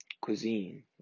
cuisine